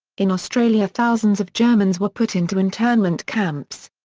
in australia thousands of germans were put into internment camps.